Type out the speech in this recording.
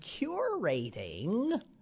curating